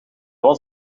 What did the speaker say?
was